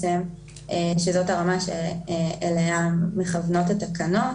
שזאת הרמה שאליה מכוונות התקנות